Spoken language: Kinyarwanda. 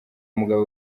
mugabo